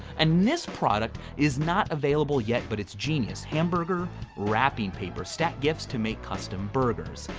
and this product is not available yet, but it's genius. hamburger wrapping paper. stack gifts to make custom burgers.